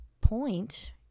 point